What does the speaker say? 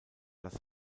das